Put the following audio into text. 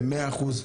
במאה אחוז?